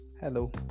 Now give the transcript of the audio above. Hello